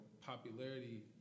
popularity